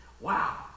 Wow